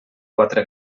quatre